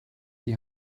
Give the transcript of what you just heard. die